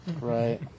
Right